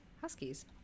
Huskies